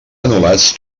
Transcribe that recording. anul·lats